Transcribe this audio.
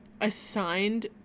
assigned